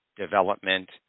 development